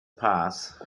path